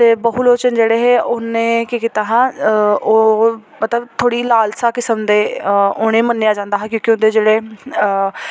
ते बहुलोचन जेह्ड़े हे उ'नें केह् कीता हा ओह् मतलब थोह्ड़ी लालसा किस्म दे उ'नेंगी मन्नेआ जंदा हा क्योंकि उं'दे जेह्ड़े